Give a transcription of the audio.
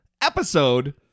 Episode